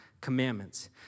Commandments